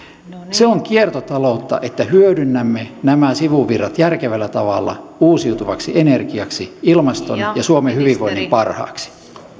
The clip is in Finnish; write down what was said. se on kiertotaloutta että hyödynnämme nämä sivuvirrat järkevällä tavalla uusiutuvaksi energiaksi ilmaston ja suomen hyvinvoinnin parhaaksi ministeri